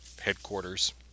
headquarters